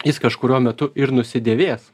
jis kažkuriuo metu ir nusidėvės